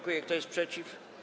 Kto jest przeciw?